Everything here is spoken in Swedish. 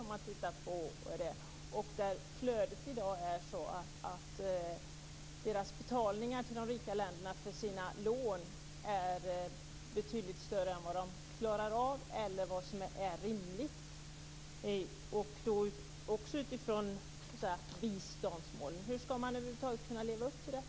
Flödet är i dag sådant att de fattiga ländernas betalningar till de rika länderna för lånen är betydligt större än vad de klarar av eller vad som är rimligt, också utifrån biståndsmålen. Hur ska man över huvud taget kunna leva upp till detta?